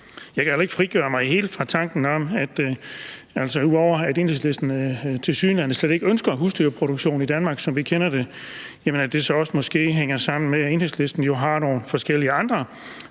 ikke helt frigøre mig fra tanken om, at ud over at Enhedslisten tilsyneladende slet ikke ønsker husdyrproduktion i Danmark, som vi kender det, så hænger det måske også sammen med, at Enhedslisten jo har nogle forskellige andre